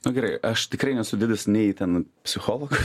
na gerai aš tikrai nesu didis nei ten psichologas